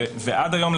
ועד היום,